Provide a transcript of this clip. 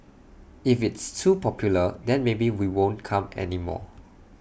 if it's too popular then maybe we won't come anymore